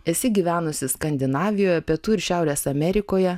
esi gyvenusi skandinavijoje pietų ir šiaurės amerikoje